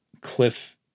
Cliff